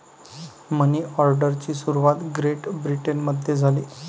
मनी ऑर्डरची सुरुवात ग्रेट ब्रिटनमध्ये झाली